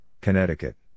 Connecticut